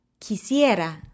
quisiera